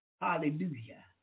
Hallelujah